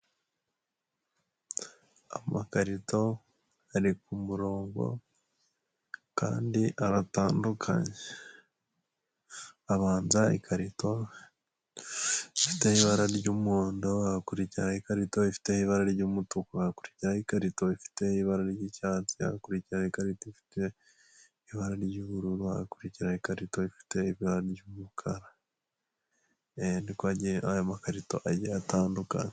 Amakarito ari ku kumurongo kandi aratandukanye, habanza ikarito ifite ibara ry'umuhondo, hakurikiraho ikarito ifite ibara ry'umutuku, hakurikiraho ikarito ifite ibara ry'icyatsi, hakurikiraho ikarito ifite ibara ry'ubururu, hagakurikiraho ikarito ifite ibara ry'umukara niko ayo makarito agiye atandukanye.